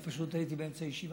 אני פשוט הייתי באמצע ישיבה.